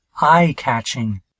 eye-catching